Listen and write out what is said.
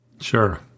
sure